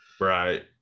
Right